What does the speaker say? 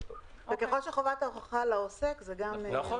וככל שחובת ההוכחה על העוסק, זה גם --- נכון.